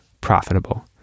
profitable